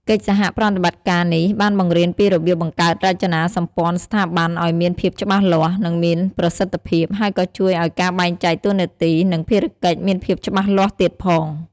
កិច្ចសហប្រតិបត្តិការនេះ បានបង្រៀនពីរបៀបបង្កើតរចនាសម្ព័ន្ធស្ថាប័នឲ្យមានភាពច្បាស់លាស់ និងមានប្រសិទ្ធភាព ហើយក៏ជួយឲ្យការបែងចែកតួនាទី និងភារកិច្ចមានភាពច្បាស់លាស់ទៀតផង។